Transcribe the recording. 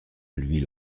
l’huile